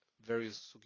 various